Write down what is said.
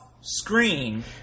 screen